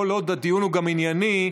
כל עוד הדיון הוא גם ענייני,